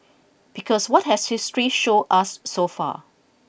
because what has history show us so far